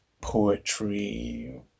poetry